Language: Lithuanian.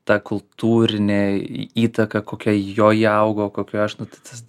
ta kultūrinė įtaka kokia jo įaugo kokioj aš nu tai tas